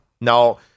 Now